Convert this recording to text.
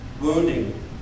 wounding